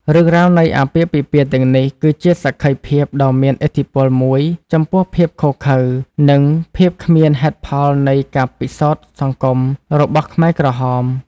រឿងរ៉ាវនៃអាពាហ៍ពិពាហ៍ទាំងនេះគឺជាសក្ខីភាពដ៏មានឥទ្ធិពលមួយចំពោះភាពឃោរឃៅនិងភាពគ្មានហេតុផលនៃការពិសោធន៍សង្គមរបស់ខ្មែរក្រហម។